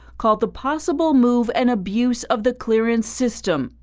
called the possible move an abuse of the clearance system.